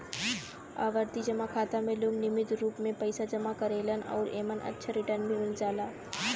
आवर्ती जमा खाता में लोग नियमित रूप से पइसा जमा करेलन आउर एमन अच्छा रिटर्न भी मिल जाला